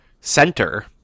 center